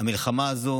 המלחמה הזו